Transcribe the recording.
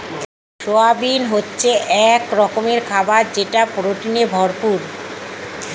soybean হচ্ছে এক রকমের খাবার যেটা প্রোটিনে ভরপুর